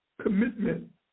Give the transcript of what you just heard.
commitment